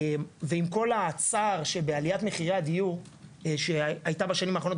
ועם כל הצער שבעליית מחירי הדיור שהייתה בשנים האחרונות,